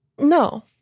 No